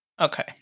Okay